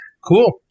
Cool